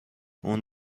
اون